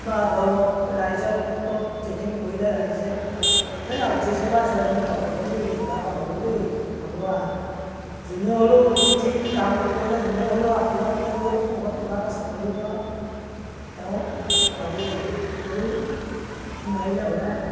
বা ধৰক ৰাইজৰ ক্ষেত্ৰত যিখিনি কৰিলে ৰাইজে এয়া উঠিছে বা ছোৱালীজনী পাব দেই কিবা এটা হ'ব দেই মানুহ আৰু যোনে হ'লেও উঠি কামটো কৰিলে যোনে হ'লেও আশীৰ্বাদ দিলেও ক'ৰবাত কিবা এটা চাকৰিও বা তেওঁ পাবই দৌৰ মাৰিলে সদায়